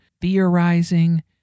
theorizing